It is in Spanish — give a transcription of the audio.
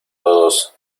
todos